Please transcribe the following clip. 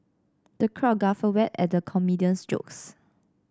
the crowd guffawed at the comedian's jokes